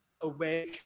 away